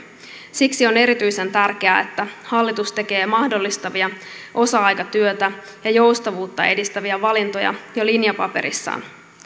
siksi on erityisen tärkeää että hallitus tekee mahdollistavia osa aikatyötä ja joustavuutta edistäviä valintoja jo linjapaperissaan